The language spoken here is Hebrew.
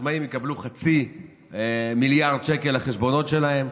העצמאים יקבלו חצי מיליארד שקל לחשבונות שלהם.